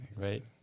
right